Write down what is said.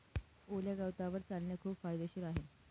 ओल्या गवतावर चालणे खूप फायदेशीर आहे